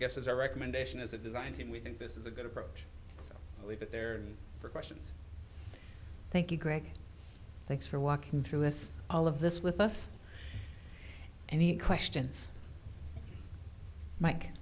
guess as a recommendation as a design team we think this is a good approach to leave it there for questions thank you greg thanks for walking through with all of this with us any questions mike